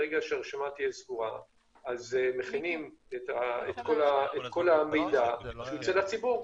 ברגע שהיא תהיה סגורה אז מכינים את כל המידע שייצא לציבור.